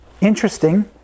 Interesting